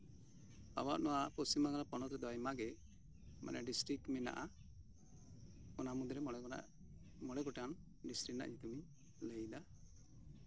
ᱟᱵᱚᱣᱟᱜ ᱱᱚᱶᱟ ᱯᱚᱥᱪᱷᱤᱢᱵᱟᱝᱞᱟ ᱯᱚᱱᱚᱛ ᱨᱮ ᱟᱭᱢᱟ ᱜᱮ ᱰᱤᱥᱴᱨᱤᱠ ᱢᱮᱱᱟᱜᱼᱟ ᱚᱱᱟ ᱢᱩᱫᱽᱨᱮ ᱢᱚᱬᱮ ᱦᱚᱲᱟᱜ ᱢᱚᱬᱮ ᱜᱚᱴᱟᱝ ᱰᱤᱥᱴᱨᱤᱠ ᱨᱮᱭᱟᱜ ᱧᱩᱛᱩᱢ ᱤᱧ ᱞᱟᱹᱭᱼᱟ